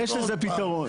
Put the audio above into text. יש לזה פתרון.